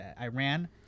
Iran